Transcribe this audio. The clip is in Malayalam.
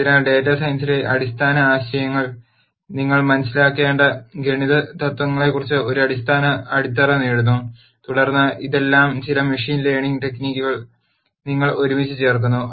അതിനാൽ ഡാറ്റാ സയൻസിലെ അടിസ്ഥാന ആശയങ്ങൾ നിങ്ങൾ മനസിലാക്കേണ്ട ഗണിത തത്വങ്ങളെക്കുറിച്ച് ഒരു അടിസ്ഥാന അടിത്തറ നേടുന്നു തുടർന്ന് ഇതെല്ലാം ചില മെഷീൻ ലേണിംഗ് ടെക്നിക്കിൽ നിങ്ങൾ ഒരുമിച്ച് ചേർക്കുന്നു